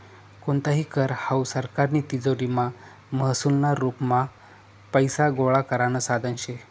कोणताही कर हावू सरकारनी तिजोरीमा महसूलना रुपमा पैसा गोळा करानं साधन शे